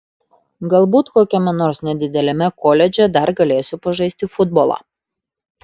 galbūt kokiame nors nedideliame koledže dar galėsiu pažaisti futbolą